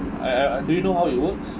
I I do you know how it works